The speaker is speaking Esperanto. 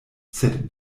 sed